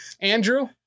Andrew